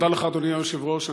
תודה לך, אדוני היושב-ראש.